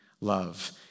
love